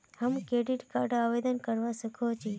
हम credit card आवेदन करवा संकोची?